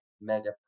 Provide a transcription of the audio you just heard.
mega